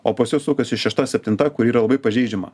o pas juos sukasi šešta septinta kuri yra labai pažeidžiama